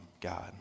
God